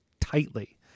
tightly